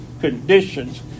conditions